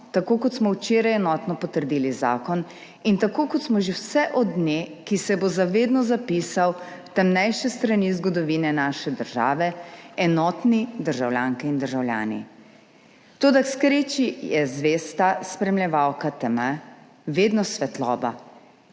tako kot smo včeraj enotno potrdili zakon in tako kot smo že vse od dne, ki se bo za vedno zapisal na temnejše strani zgodovine naše države, enotni državljanke in državljani. Toda k kreči je zvesta spremljevalka teme vedno svetloba